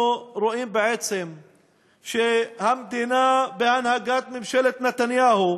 אנחנו רואים בעצם שהמדינה בהנהגת ממשלת נתניהו